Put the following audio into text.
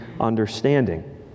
understanding